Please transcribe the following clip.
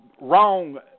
wrong